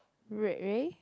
Ray~ Ray